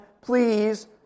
please